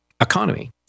economy